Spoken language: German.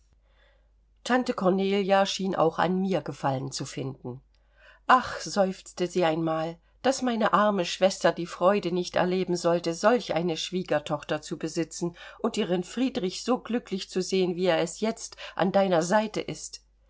tante kornelia schien auch an mir gefallen zu finden ach seufzte sie einmal daß meine arme schwester die freude nicht erleben sollte solch eine schwiegertochter zu besitzen und ihren friedrich so glücklich zu sehen wie er es jetzt an deiner seite ist